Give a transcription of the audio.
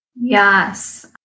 Yes